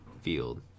Field